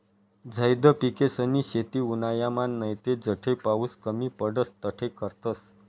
झैद पिकेसनी शेती उन्हायामान नैते जठे पाऊस कमी पडस तठे करतस